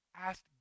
asked